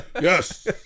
Yes